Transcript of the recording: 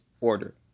order